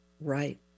right